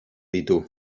ditu